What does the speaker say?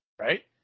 right